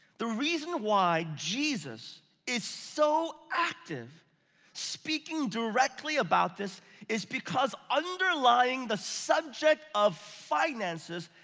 the reason why jesus is so active speaking directly about this is because underlying the subject of finances,